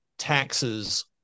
taxes